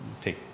take